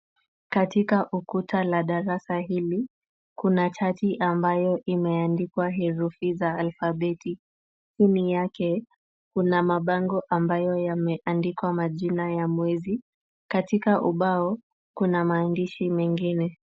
Katika ukuta la darasa hili kuna chati ambayo imeandikwa herufi za alfabeti. Chini yake kuna mabango ambayo yameandikwa majina ya mwezi. Katika ubao kuna maandishi mengine.